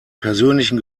persönlichen